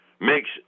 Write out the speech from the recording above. makes